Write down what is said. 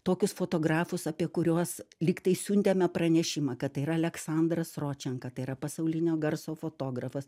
tokius fotografus apie kuriuos lyg tai siuntėme pranešimą kad tai yra aleksandras ročenka tai yra pasaulinio garso fotografas